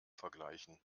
vergleichen